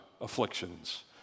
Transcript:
afflictions